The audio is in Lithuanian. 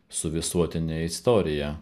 su visuotine istorija